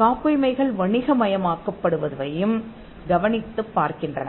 காப்புரிமைகள் வணிக மயமாக்கப்படுவதையும் கவனித்துப் பார்க்கின்றன